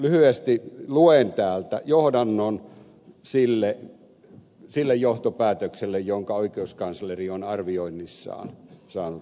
lyhyesti luen täältä johdannon sille johtopäätökselle jonka oikeuskansleri on arvioinnissaan saanut aikaan